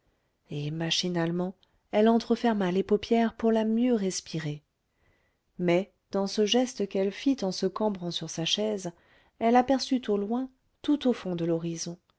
et machinalement elle entreferma les paupières pour la mieux respirer mais dans ce geste qu'elle fit en se cambrant sur sa chaise elle aperçut au loin tout au fond de l'horizon